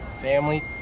family